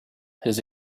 his